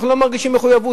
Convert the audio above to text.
אנחנו לא מרגישים מחויבות,